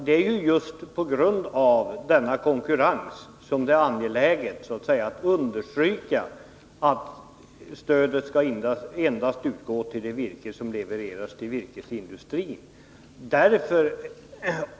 Det är ju just på grund av denna konkurrens som det är angeläget att understryka att stödet endast skall utgå för det virke som levereras till virkesindustrin.